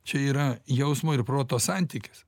čia yra jausmo ir proto santykis